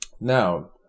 Now